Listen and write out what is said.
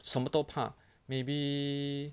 什么都怕 maybe